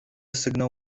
sygnał